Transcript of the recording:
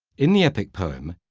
in the epic poem,